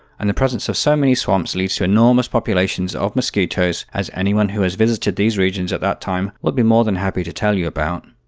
and the presence of so many swamps leads to enormous populations of mosquitoes as anyone who has visited these regions at that time will be more than happy to tell you about.